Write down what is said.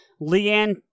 Leanne